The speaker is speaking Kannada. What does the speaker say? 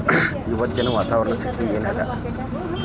ಇವತ್ತಿನ ವಾತಾವರಣ ಸ್ಥಿತಿ ಏನ್ ಅದ?